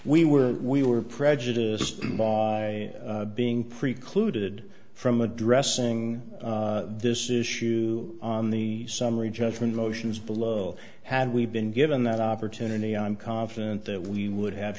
we were we were prejudiced being precluded from addressing this issue on the summary judgment motions below had we been given that opportunity i'm confident that we would have